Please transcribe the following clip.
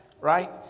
right